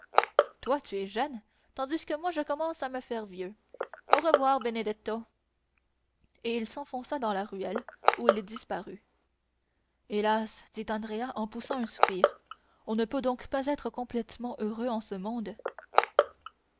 toi tu es jeune tandis que moi je commence à me faire vieux au revoir benedetto et il s'enfonça dans la ruelle où il disparut hélas dit andrea en poussant un soupir on ne peut donc pas être complètement heureux en ce monde